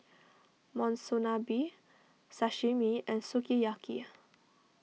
Monsunabe Sashimi and Sukiyaki